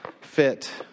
fit